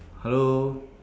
hello